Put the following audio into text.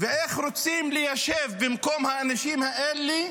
ואיך רוצים ליישב במקום האנשים האלה,